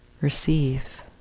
receive